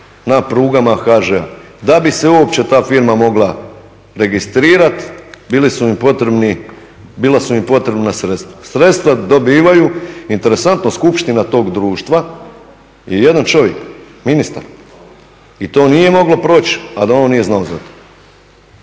na prugama HŽ-a. Da bi se uopće ta firma mogla registrirat bili su im potrebni, bila su im potrebna sredstva. Sredstva dobivaju, interesantno skupština tog društva je jedan čovjek, ministar, i to nije moglo proći a da on nije znao za to.